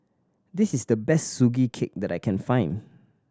this is the best Sugee Cake that I can find